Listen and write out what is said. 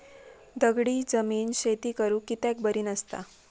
दगडी जमीन शेती करुक कित्याक बरी नसता?